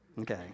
Okay